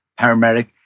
paramedic